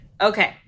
Okay